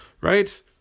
right